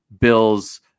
Bill's